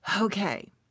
okay